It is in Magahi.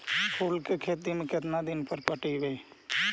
फूल के खेती में केतना दिन पर पटइबै?